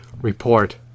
report